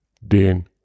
den